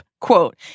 Quote